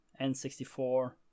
N64